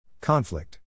Conflict